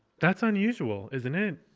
that's unusual, isn't it